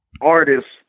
artists